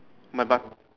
my button